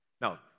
Now